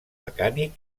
mecànic